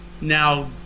now